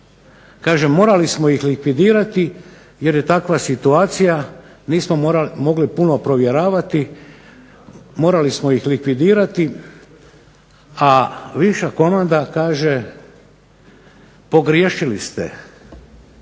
Kaže, morali smo ih likvidirati jer je takva situacija, nismo mogli puno provjeravati, morali smo ih likvidirati, a viša komanda kaže, pogriješili ste